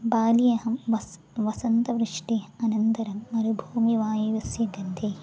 बाल्ये अहं वसामि वसन्तवृष्टिः अनन्तरं मरुभूमिवायुनः गन्धेन